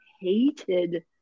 hated